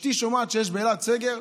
אשתי שומעת שיש באילת סגר,